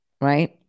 right